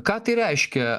ką tai reiškia